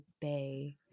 Bay